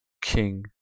King